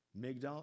Migdal